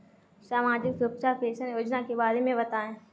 सामाजिक सुरक्षा पेंशन योजना के बारे में बताएँ?